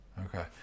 okay